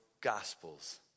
gospels